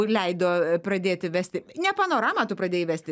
leido pradėti vesti ne panoramą tu pradėjai vesti